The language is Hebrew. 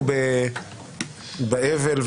באבל,